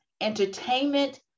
entertainment